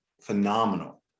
Phenomenal